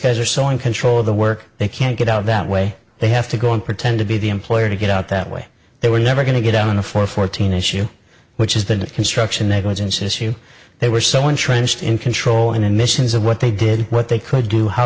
guys are so in control of the work they can't get out that way they have to go on pretend to be the employer to get out that way they were never going to get on a four fourteen issue which is the construction negligence issue they were so entrenched in controlling admissions of what they did what they could do how